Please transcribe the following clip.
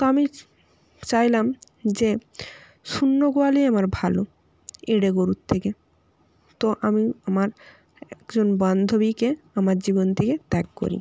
তো আমি চাইলাম যে শূন্য গোয়ালই আমার ভালো এঁড়ে গরুর থেকে তো আমি আমার একজন বান্ধবীকে আমার জীবন থেকে ত্যাগ করি